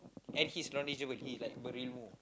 and he's knowledgeable he's like berilmu